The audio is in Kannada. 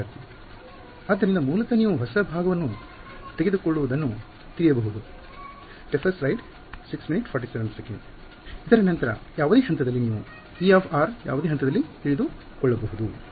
ವಿದ್ಯಾರ್ಥಿ ಆದ್ದರಿಂದ ಮೂಲತಃ ನೀವು ಹೊಸ ಭಾಗವನ್ನು ತೆಗೆದುಕೊಳ್ಳುವುದನ್ನು ತಿಳಿಯಬಹುದು ಉಲ್ಲೇಖ ಸಮಯ 0647 ಇದರ ನಂತರ ಯಾವುದೇ ಹಂತದಲ್ಲಿ ನೀವು E ಯಾವುದೇ ಹಂತದಲ್ಲಿ ತಿಳಿದುಕೊಳ್ಳಬಹುದು